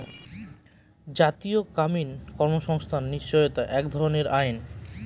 জাতীয় গ্রামীণ কর্মসংস্থান নিশ্চয়তা এক ধরনের আইন